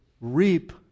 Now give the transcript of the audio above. reap